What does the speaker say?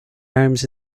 arms